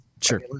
Sure